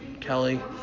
Kelly